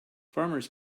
farmers